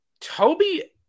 Toby